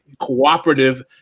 cooperative